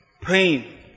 Praying